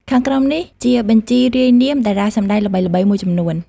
ខាងក្រោមនេះជាបញ្ជីរាយនាមតារាសម្ដែងល្បីៗមួយចំនួន។